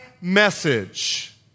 message